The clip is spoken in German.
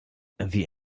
wie